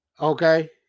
Okay